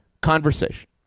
conversation